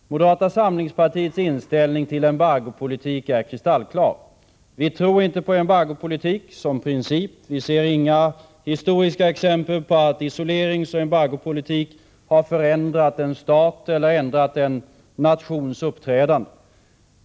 Moderata samlingspartiets inställning till embargopolitik är kristallklar. Vi tror inte på embargopolitik som princip. Vi ser inga historiska exempel på att isoleringsoch embargopolitik har förändrat en nations uppträdande.